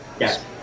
Yes